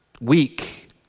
weak